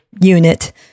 unit